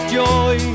joy